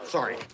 Sorry